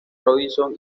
robinson